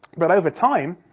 but, over time,